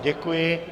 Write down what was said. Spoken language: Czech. Děkuji.